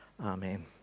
Amen